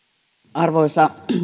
arvoisa